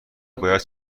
باید